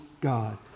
God